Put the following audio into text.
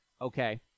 okay